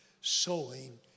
sowing